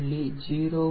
09 0